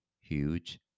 huge